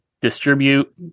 distribute